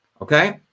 Okay